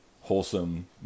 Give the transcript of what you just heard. wholesome